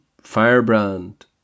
firebrand